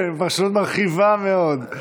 כן, פרשנות מרחיבה מאוד.